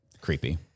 creepy